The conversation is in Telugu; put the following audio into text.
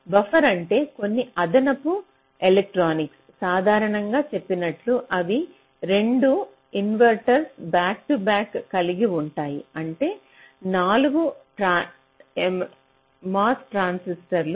బఫర్ అంటే కొన్ని అదనపు ఎలక్ట్రానిక్స్ సాధారణంగా చెప్పినట్లు అవి 2 ఇన్వర్టర్లను బ్యాక్ టు బ్యాక్ కలిగి ఉంటాయి అంటే 4 MOS ట్రాన్సిస్టర్లు